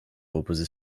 reposer